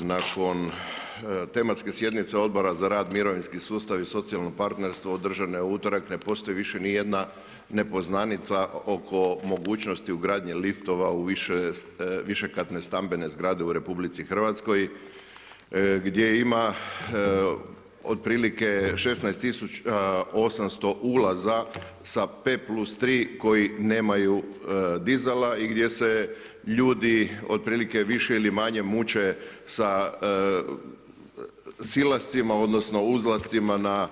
Nakon tematske sjednice Odbora za rad, mirovinski sustav, socijalno partnerstvo, održane u utorak, ne postoji više ni jedna nepoznanica oko mogućnosti ugradnje liftova u višekatne stambene zgrade u RH, gdje ima otprilike 16800 ulaza sa P plus 3 koji nemaju dizala i gdje se ljudi, otprilike više ili manje muče sa silascima, odnosno, uzlascima na